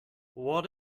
what